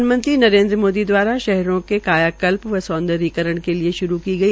प्रधानमंत्री नरेन्द्र मोदी दवारा श्हरों के कायाकल्प व सौन्दर्यीकरण के लिए श्रू की गई